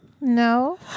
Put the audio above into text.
No